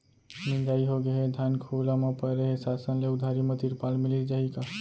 मिंजाई होगे हे, धान खुला म परे हे, शासन ले उधारी म तिरपाल मिलिस जाही का?